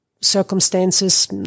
circumstances